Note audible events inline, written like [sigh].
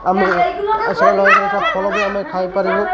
[unintelligible] ଫଲ ବି ଆମେ ଖାଇପାରିବୁ